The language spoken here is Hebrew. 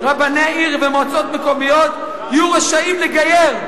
רבני העיר ומועצות מקומיות יהיו רשאים לגייר,